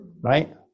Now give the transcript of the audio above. right